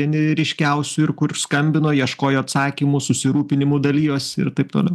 vieni ryškiausių ir kur skambino ieškojo atsakymų susirūpinimu dalijos ir taip toliau